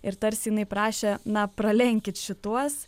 ir tarsi jinai prašė na pralenkit šituos